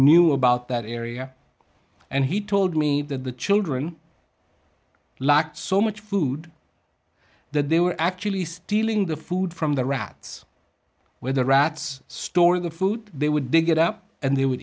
knew about that area and he told me that the children lacked so much food that they were actually stealing the food from the rats where the rats store the food they would dig it up and they would